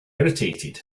irritated